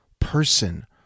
person